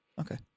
Okay